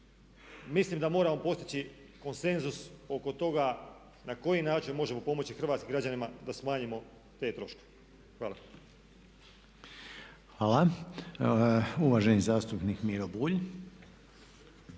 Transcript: Mislim da moramo postići konsenzus oko toga na koji način možemo pomoći hrvatskim građanima da smanjimo te troškove. Hvala. **Reiner, Željko (HDZ)** Hvala. Uvaženi zastupnik Miro Bulj.